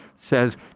says